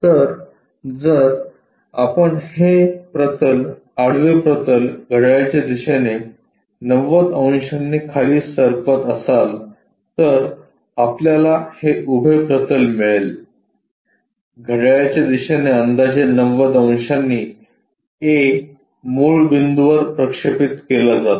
तर जर आपण हे प्रतल आडवे प्रतल घड्याळाच्या दिशेने 90 अंशांनी खाली सरकवत असाल तर आपल्याला हे उभे प्रतल मिळेल घड्याळाच्या दिशेने अंदाजे 90 अंशांनी a मूळ बिंदूवर प्रक्षेपित केला जातो